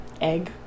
egg